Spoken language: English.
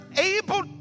able